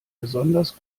besonders